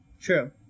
True